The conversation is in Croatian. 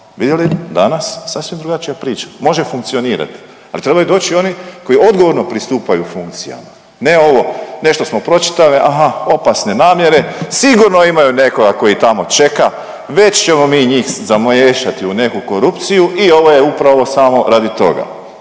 vidjeli danas sasvim drugačija priča, može funkcionirati, ali trebaju doći oni koji odgovorno pristupaju funkcijama, ne ovo nešto smo pročitali aha opasne namjere, sigurno imaju nekoga koji tamo čeka, već ćemo mi njih zamiješati u neku korupciju i ovo je upravo samo radi toga.